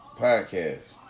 podcast